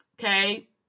Okay